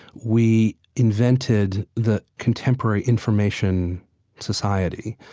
we invented the contemporary information society.